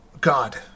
God